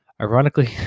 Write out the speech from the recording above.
Ironically